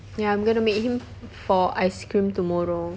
ya I'm going to meet him for ice cream tomorrow